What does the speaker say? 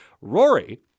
Rory